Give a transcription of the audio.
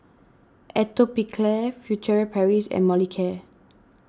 Atopiclair Furtere Paris and Molicare